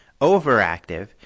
overactive